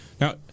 Now